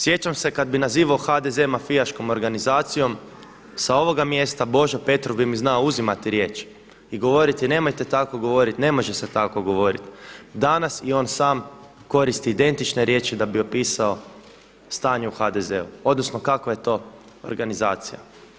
Sjećam se kada bih nazivao HDZ mafijaškom organizacijom, sa ovoga mjesta Božo Petrov bi mi znao uzimati riječ i govoriti nemojte tako govoriti, ne može se tako govoriti, danas i on sam koristi identične riješi da bi opisao stanje u HDZ-u, odnosno kakva je to organizacija.